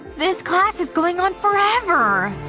this class is going on forever!